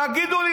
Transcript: תגידו לי,